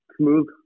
smooth